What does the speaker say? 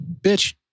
bitch